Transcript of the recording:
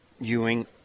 Ewing